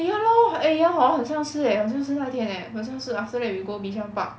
eh ya lor eh ya hor 很像是 eh 很像是那天 leh 很像是 after that we go bishan park